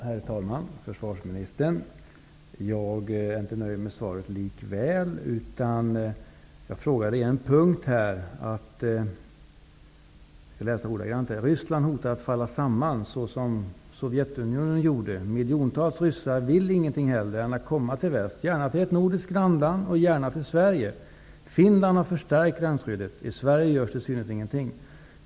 Herr talman! Försvarsministern! Jag är ändå inte nöjd med svaret. Jag citerar ur min interpellation: ''Ryssland hotar att falla samman såsom Sovjetunionen gjorde. Miljontals ryssar vill ingenting hellre än att komma till väst, gärna till ett nordiskt grannland och gärna till Sverige. Finland har förstärkt gränsskyddet. I Sverige görs till synes ingenting.